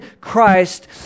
Christ